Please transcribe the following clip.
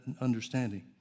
understanding